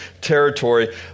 territory